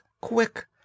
quick